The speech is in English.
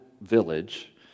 village